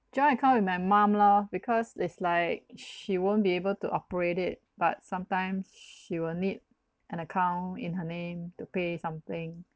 joint account with my mum lor because it's like sh~ she won't be able to operate it but sometimes sh~ she will need an account in her name to pay something